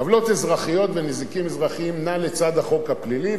עוולות אזרחיות ונזיקין אזרחיים נעים לצד החוק הפלילי,